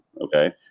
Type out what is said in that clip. okay